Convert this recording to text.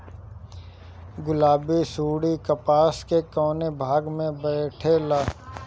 गुलाबी सुंडी कपास के कौने भाग में बैठे ला?